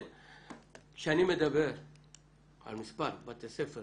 כשאני מדבר על כמות בתי הספר